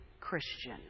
Christian